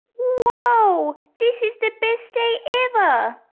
whoa! this is the best day ever!